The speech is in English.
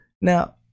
Now